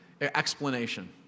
explanation